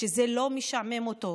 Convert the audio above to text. כשזה לא משעמם אותו.